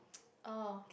oh